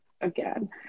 again